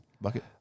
bucket